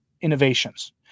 innovations